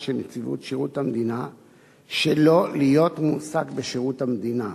של נציבות שירות המדינה שלא להיות מועסק בשירות המדינה.